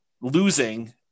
losing